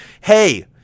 hey